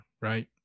right